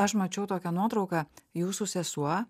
aš mačiau tokią nuotrauką jūsų sesuo